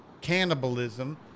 cannibalism